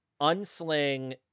unsling